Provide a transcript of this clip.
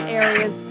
areas